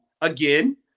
again